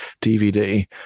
dvd